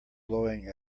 blowing